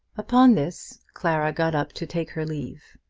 upon this clara got up to take her leave,